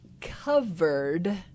covered